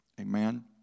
Amen